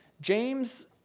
James